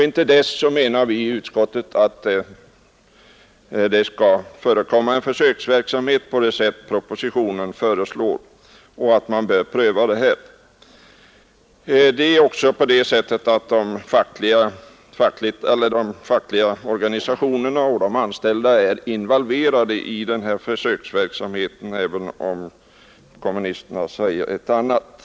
Intill dess menar vi i utskottet att det skall förekomma en försöksverksamhet av det slag som föreslås i propositionen. De fackliga organisationerna och de anställda är involverade i den försöksverksamheten, fastän kommunisterna säger någonting annat.